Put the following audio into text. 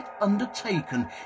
undertaken